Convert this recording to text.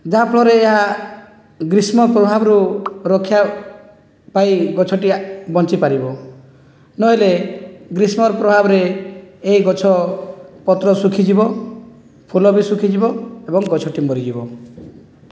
ଯାହାଫଳରେ ଏହା ଗ୍ରୀଷ୍ମ ପ୍ରଭାବରୁ ରକ୍ଷା ପାଇ ଗଛଟି ବଞ୍ଚିପାରିବ ନହେଲେ ଗ୍ରୀଷ୍ମର ପ୍ରଭାବରେ ଏହି ଗଛ ପତ୍ର ଶୁଖିଯିବ ଫୁଲବି ଶୁଖିଯିବ ଏବଂ ଗଛଟି ମରିଯିବ